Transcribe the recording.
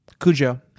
Cujo